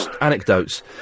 anecdotes